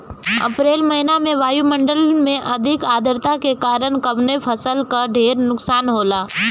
अप्रैल महिना में वायु मंडल में अधिक आद्रता के कारण कवने फसल क ढेर नुकसान होला?